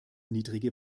niedrige